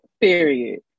Period